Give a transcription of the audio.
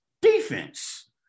defense